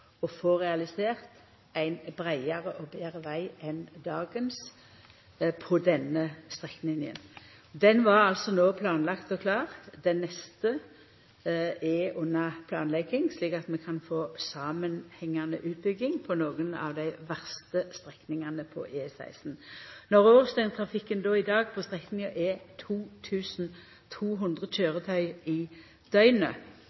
– får en skikkelig standard? Eg synest faktisk det er svært viktig å få realisert ein breiare og betre veg enn dagens på denne strekninga. Han var planlagd og klar. Den neste er under planlegging, slik at vi kan få samanhengande utbygging på nokre av dei verste strekningane på E16. Når årsdøgntrafikken på strekninga i dag er